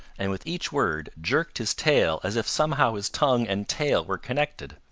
and with each word jerked his tail as if somehow his tongue and tail were connected.